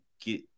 get